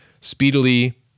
speedily